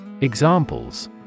Examples